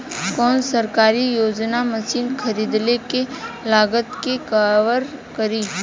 कौन सरकारी योजना मशीन खरीदले के लागत के कवर करीं?